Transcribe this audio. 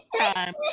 time